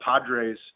Padres